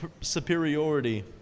superiority